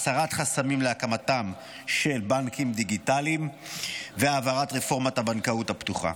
הסרת חסמים להקמתם של בנקים דיגיטליים והעברת רפורמת הבנקאות הפתוחה,